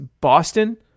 Boston